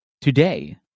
today